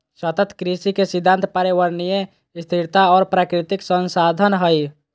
सतत कृषि के सिद्धांत पर्यावरणीय स्थिरता और प्राकृतिक संसाधन हइ